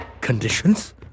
Conditions